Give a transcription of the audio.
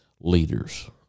leaders